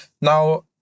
Now